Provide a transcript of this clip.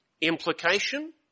Implication